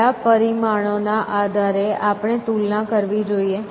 કયા પરિમાણોના આધારે આપણે તુલના કરવી જોઈએ